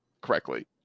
correctly